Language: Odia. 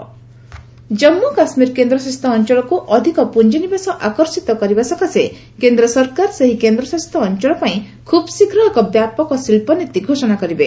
ଜେକେ ସେଣ୍ଟର ଜାନ୍ପୁ କାଶ୍ୱୀର କେନ୍ଦ୍ରଶାସିତ ଅଞ୍ଚଳକୁ ଅଧିକ ପୁଞ୍ଜିନିବେଶ ଆକର୍ଷିତ କରିବା ସକାଶେ କେନ୍ଦ୍ର ସରକାର ସେହି କେନ୍ଦ୍ରଶାସିତ ଅଞ୍ଚଳ ପାଇଁ ଖୁବ୍ଶୀଘ୍ ଏକ ବ୍ୟାପକ ଶିଳ୍ପନୀତି ଘୋଷଣା କରିବେ